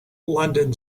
london